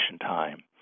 time